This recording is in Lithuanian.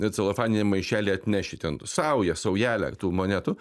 celofaniniam maišely atneši ten tu saują saujelę tų monetų